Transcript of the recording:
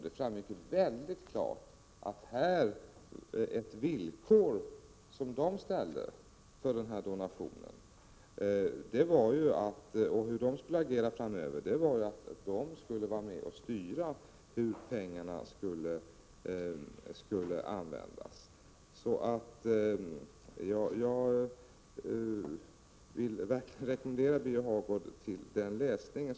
Det framgick mycket klart att ett villkor som de ställde för donationen och sitt agerande framöver var att de skulle vara med om att bestämma hur pengarna skulle användas. Jag vill verkligen rekommendera Birger Hagård till den läsningen.